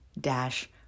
dash